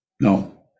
no